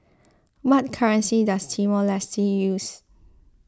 what currency does Timor Leste use